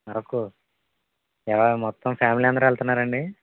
అరకు ఎలా మొత్తం ఫ్యామిలీ అందరు వెళ్తున్నారండి